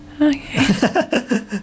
Okay